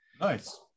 Nice